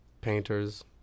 painters